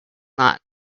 not